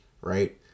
right